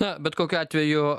na bet kokiu atveju